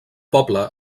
poble